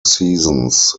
seasons